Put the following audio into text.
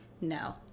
no